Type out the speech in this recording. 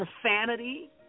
profanity